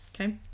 Okay